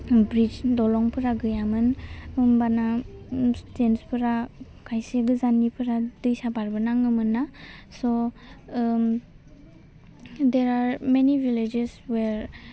bridge दलंफोरा गैयामोन होनबाना स्टेनसफोरा खायसे गोजाननिफ्रा दैसा बारबोनाङोमोन ना सह ओम डेयार आर मेनि भेलेजेस वेर